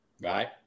right